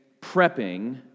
prepping